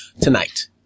tonight